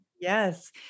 Yes